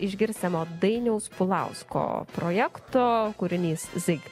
išgirsiamo dainiaus pulausko projekto kūrinys zig